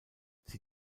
sie